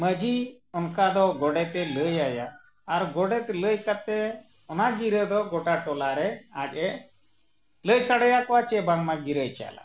ᱢᱟᱺᱡᱷᱤ ᱚᱱᱠᱟ ᱫᱚ ᱜᱚᱰᱮᱛᱮ ᱞᱟᱹᱭ ᱟᱭᱟ ᱟᱨ ᱜᱚᱰᱮᱛ ᱞᱟᱹᱭ ᱠᱟᱛᱮᱫ ᱚᱱᱟ ᱜᱤᱨᱟᱹ ᱫᱚ ᱜᱚᱴᱟ ᱴᱚᱞᱟᱨᱮ ᱟᱡ ᱮ ᱞᱟᱹᱭ ᱥᱟᱰᱮᱭᱟᱠᱚᱣᱟ ᱪᱮᱫ ᱵᱟᱝᱢᱟ ᱜᱤᱨᱟᱹᱭ ᱪᱟᱞᱟᱜᱼᱟ